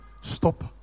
stop